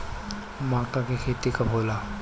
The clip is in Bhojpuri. माका के खेती कब होला?